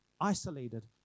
isolated